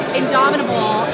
indomitable